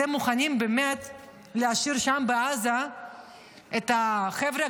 אתם מוכנים באמת להשאיר שם בעזה את החבר'ה,